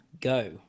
go